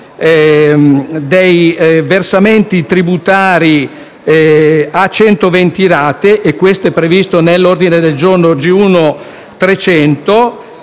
dei versamenti tributari a 120 rate - e questo è previsto nell'ordine del giorno G1.300